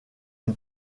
une